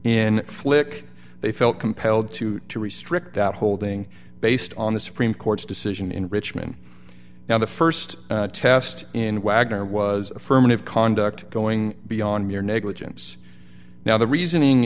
in flick they felt compelled to to restrict that holding based on the supreme court's decision in richmond now the st test in wagner was affirmative conduct going beyond mere negligence now the reasoning